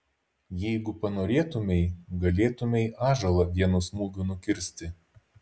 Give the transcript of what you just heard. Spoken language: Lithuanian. jeigu panorėtumei galėtumei ąžuolą vienu smūgiu nukirsti